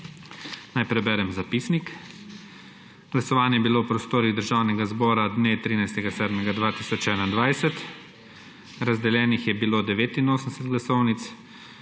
Naj preberem zapisnik. Glasovanje je bilo v prostih Državnega zbora dne 13. 7. 2021. Razdeljenih je bilo 89 glasovnic,